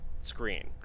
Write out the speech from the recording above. screen